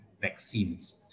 vaccines